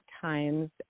Times